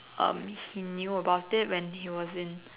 um he knew about it when he was in